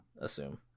assume